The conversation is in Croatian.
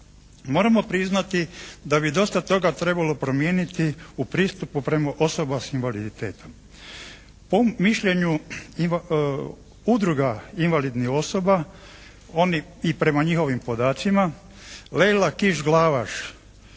Moramo priznati da bi dosta toga trebalo promijeniti u pristupu prema osobama s invaliditetom. Po mišljenju udruga invalidnih osoba oni i prema njihovim podacima Lejla Kiš-Glavaš,